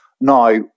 Now